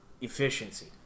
efficiency